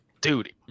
dude